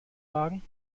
wagen